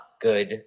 good